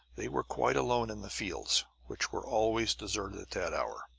they were quite alone in the fields, which were always deserted at that hour.